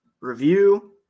review